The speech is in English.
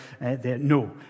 No